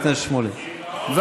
חבר הכנסת שמולי, דיברת עשר דקות.